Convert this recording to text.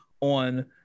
on